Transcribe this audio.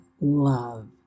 love